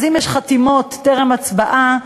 אז אם יש חתימות טרם הצבעה,